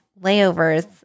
layovers